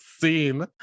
scene